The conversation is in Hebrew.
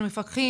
אנחנו מפקחים,